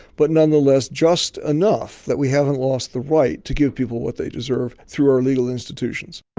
but nonetheless, just enough that we haven't lost the right to give people what they deserve through our legal institutions